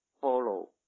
follow